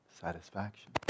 satisfaction